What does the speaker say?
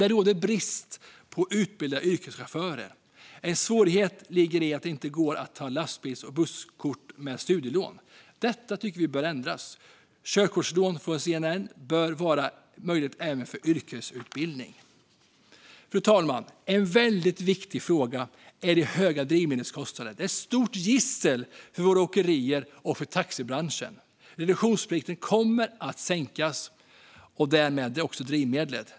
Det råder brist på utbildade yrkeschaufförer. En svårighet ligger i att det inte går att ta lastbils och busskörkort med studielån. Vi tycker att detta bör ändras. Körkortslån från CSN bör vara möjligt även för yrkesutbildning. Fru talman! En väldigt viktig fråga är de höga drivmedelskostnaderna. Detta är ett stort gissel för både åkerierna och taxibranschen. Reduktionsplikten kommer att sänkas och därmed också drivmedelskostnaderna.